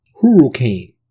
hurricane